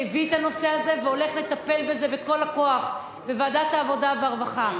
שהביא את הנושא הזה והולך לטפל בזה בכל הכוח בוועדת העבודה והרווחה.